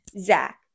Zach